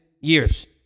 years